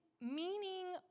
meaning